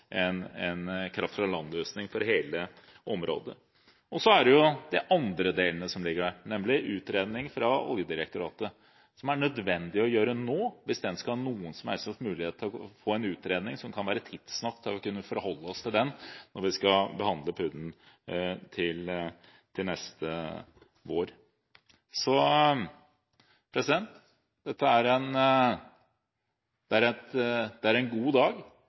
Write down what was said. plass en kraft fra land-løsning for hele området. Så er det de andre delene som ligger der, nemlig utredningen fra Oljedirektoratet, som det er nødvendig å gjøre nå, hvis en skal ha noen som helst slags mulighet til å få en utredning tidsnok til at vi kan forholde oss til den når vi skal behandle PUD-en til neste vår. Dette er en god dag